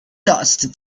lost